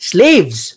Slaves